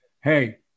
hey –